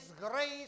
grace